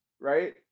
right